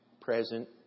present